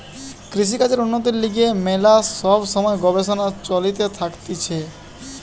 কৃষিকাজের উন্নতির লিগে ম্যালা সব সময় গবেষণা চলতে থাকতিছে